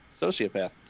sociopath